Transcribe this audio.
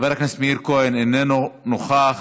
חבר הכנסת מאיר כהן, איננו נוכח,